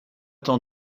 tant